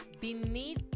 beneath